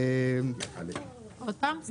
עוד פעם?